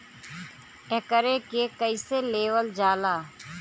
एकरके कईसे लेवल जाला?